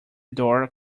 door